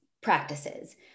practices